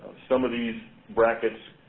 some of these brackets